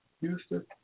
Houston